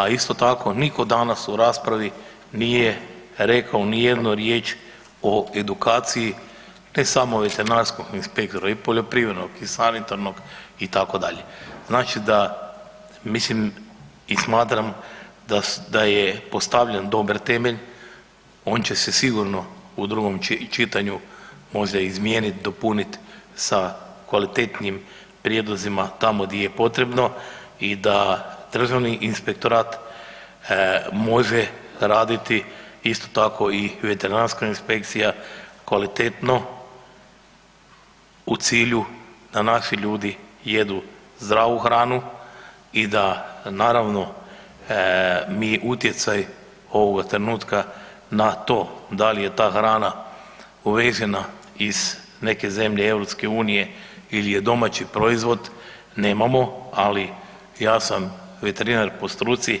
A isto tako niko danas u raspravi nije rekao nijednu riječ o edukaciji ne samo veterinarskog inspektora i poljoprivrednog i sanitarnog itd., znači da mislim i smatram da je postavljen dobar temelj, on će se sigurno u drugom čitanju možda izmijenit, dopunit sa kvalitetnijim prijedlozima tamo gdje je potrebno i da Državni inspektorat može raditi isto tako i veterinarska inspekcija kvalitetno u cilju da naši ljudi jedu zdravu hranu i da naravno mi utjecaj ovoga trenutka na to da li je ta hrana uvežena iz neke zemlje EU ili je domaći proizvod nemamo, ali ja sam veterinar po struci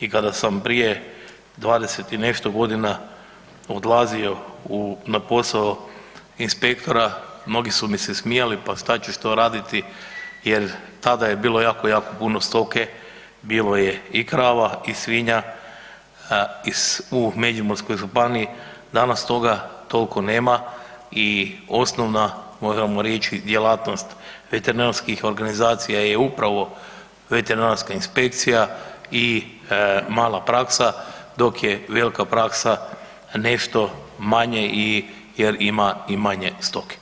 i kada sam prije 20 i nešto godina odlazio na posao inspektora mnogi su mi se smijali pa šta ćeš to raditi jer tada je bilo jako, jako puno stoke, bilo je i krava i svinja u Međimurskoj županiji, danas toga toliko nema i osnovna djelatnost veterinarskih organizacija je upravo veterinarska inspekcija i mala praksa dok je velika praksa nešto manje jer ima i manje stoke.